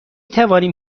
توانیم